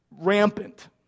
rampant